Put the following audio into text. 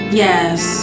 yes